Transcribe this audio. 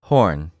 Horn